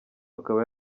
akaba